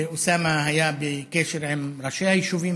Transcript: ואוסאמה היה בקשר עם ראשי היישובים